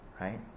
Right